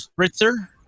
spritzer